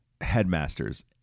headmasters